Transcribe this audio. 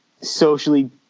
socially